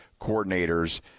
coordinators